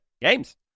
games